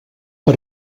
per